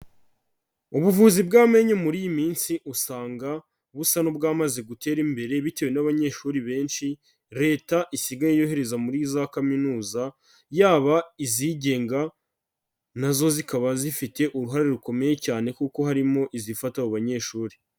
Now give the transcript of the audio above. Ubuvuzi bw'amenyo muri iyi minsi usanga busa n'ubwamaze gutera imbere bitewe n'abanyeshuri benshi Leta isigaye yohereza muri za kaminuza, yaba izigenga na zo zikaba zifite uruhare rukomeye cyane kuko harimo izifata abo banyeshuri.